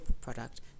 product